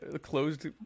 closed